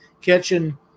catching